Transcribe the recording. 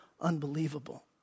unbelievable